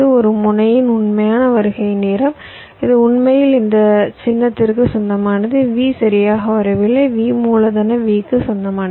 ஒரு முனையின் உண்மையான வருகை நேரம் இது உண்மையில் இந்த சின்னத்திற்கு சொந்தமானது v சரியாக வரவில்லை v மூலதன V க்கு சொந்தமானது